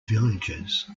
villages